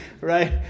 right